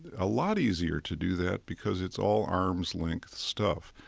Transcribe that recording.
a lot easier to do that, because it's all arm's-length stuff.